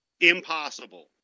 impossible